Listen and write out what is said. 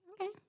Okay